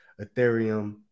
Ethereum